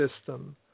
system